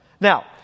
Now